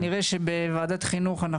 אנחנו כנראה מתכוונים לדבר בוועדת החינוך על